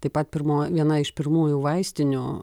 taip pat pirmoji viena iš pirmųjų vaistinių